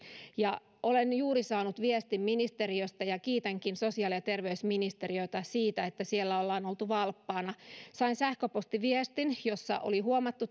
ja olen juuri saanut viestin ministeriöstä ja kiitänkin sosiaali ja terveysministeriötä siitä että siellä ollaan oltu valppaana sain sähköpostiviestin jossa oli huomattu